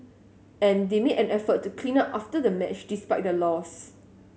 and they made an effort to clean up after the match despite the loss